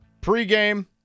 pregame